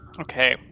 Okay